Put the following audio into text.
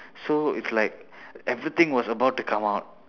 so it's like everything was about to come out